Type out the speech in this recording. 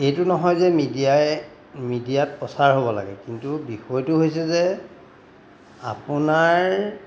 এইটো নহয় যে মিডিয়াই মিডিয়াত প্ৰচাৰ হ'ব লাগে কিন্তু বিষয়টো হৈছে যে আপোনাৰ